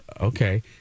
Okay